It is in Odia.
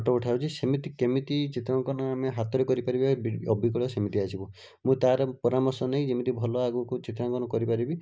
ଫୋଟୋ ଉଠାହେଉଛି ସେମିତି କେମିତି ଚିତ୍ରାଙ୍କନ ଆମେ ହାତରେ କରିପାରିବା ବି ଅବିକଳ ସେମିତି ଆସିବ ମୁଁ ତା'ର ପରାମର୍ଶ ନେଇ ଯେମିତି ଭଲ ଆଗକୁ ଚିତ୍ରାଙ୍କନ କରିପାରିବି